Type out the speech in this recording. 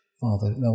Father